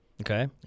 okay